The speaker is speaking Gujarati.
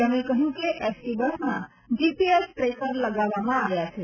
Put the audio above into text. તેમણે કહ્યું કે એસટી બસમાં જીપીએસ ટ્રેકર લગાવવામાં આવ્યા છે